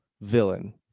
villain